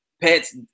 pets